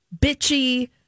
bitchy